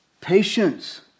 patience